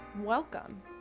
welcome